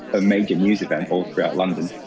a major news event all throughout london.